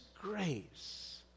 grace